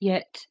yet,